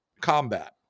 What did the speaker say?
combat